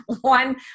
one